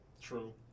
True